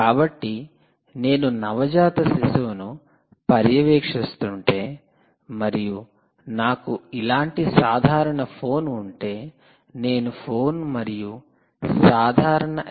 కాబట్టి నేను నవజాత శిశువు ను పర్యవేక్షిస్తుంటే మరియు నాకు ఇలాంటి సాధారణ ఫోన్ ఉంటే నేను ఫోన్ మరియు సాధారణ ఎస్